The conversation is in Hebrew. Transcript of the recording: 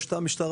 יש תא משטרה.